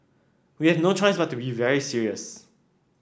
we have no choice but to be very serious